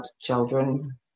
children